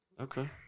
okay